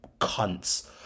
Cunts